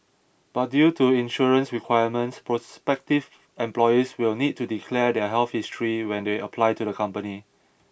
but due to insurance requirements prospective employees will need to declare their health history when they apply to the company